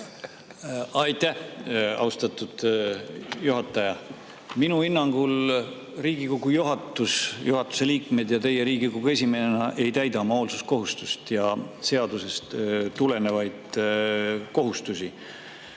Aitäh, austatud juhataja! Minu hinnangul Riigikogu juhatus – [teised] juhatuse liikmed ja teie Riigikogu esimehena – ei täida oma hoolsuskohustust ja seadusest tulenevaid kohustusi,